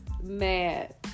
mad